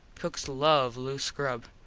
cooks love loose grub.